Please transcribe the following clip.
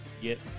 Get